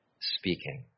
speaking